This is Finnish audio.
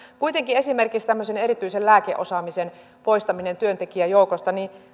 kuitenkin esimerkiksi tämmöisen erityisen lääkeosaamisen poistaminen työntekijäjoukosta